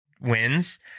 wins